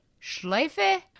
Schleife